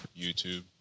youtube